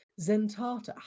Zentata